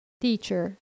Teacher